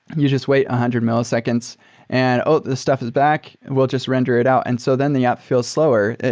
you just wait a hundred milliseconds and, oh! the stuff is back. we'll just render it out. and so then the app feels slower.